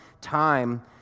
time